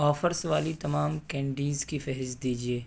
offers والی تمام candies کی فہرست دیجیے